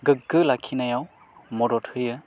गोग्गो लाखिनायाव मदद होयो